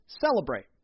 celebrate